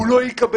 הוא לא יקבל.